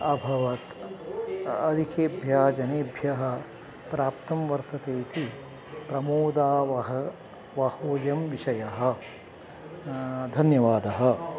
अभवत् अधिकेभ्यः जनेभ्यः प्राप्तं वर्तते इति प्रमोदावह वहूयं विषयः धन्यवादः